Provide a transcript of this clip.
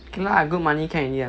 can lah good money can already ah